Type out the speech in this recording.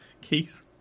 Keith